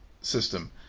system